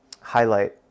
highlight